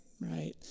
right